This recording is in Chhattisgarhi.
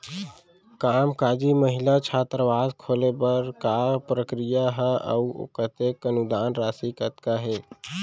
कामकाजी महिला छात्रावास खोले बर का प्रक्रिया ह अऊ कतेक अनुदान राशि कतका हे?